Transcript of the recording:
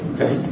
Okay